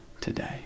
today